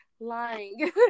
lying